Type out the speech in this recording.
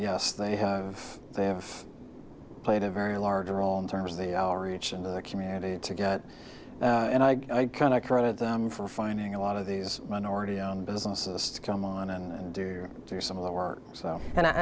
yes they have they have played a very large role in terms of our roots in the community to get and i kind of credit them for finding a lot of these minority owned businesses to come on and do some of the work so and i